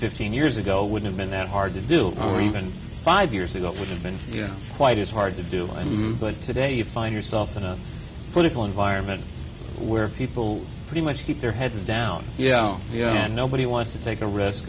fifteen years ago would have been that hard to do or even five years ago it would have been quite as hard to do and but today you find yourself in a political environment where people pretty much keep their heads down you know and nobody wants to take a risk